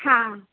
हां